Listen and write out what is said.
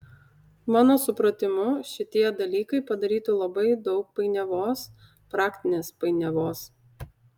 mano supratimu šitie dalykai padarytų labai daug painiavos praktinės painiavos